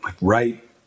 Right